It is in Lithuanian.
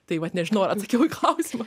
tai vat nežinau ar atsakiau į klausimą